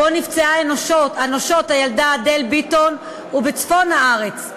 שבו נפצעה אנושות הילדה אדל ביטון, ובצפון הארץ.